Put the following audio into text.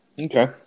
Okay